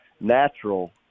natural